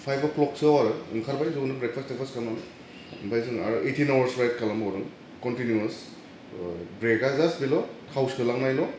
five o'clock सोआव आरो ओंखारबाय बेयावनो ब्रेकपास थेकप्रास खालामनानै ओमफाय जोङो आर ओइटिन आवार्स राइड खालामबावदों कनटिनिउवास ओह ब्रेकआ जास्ट बेल' थाव सोलांनायल'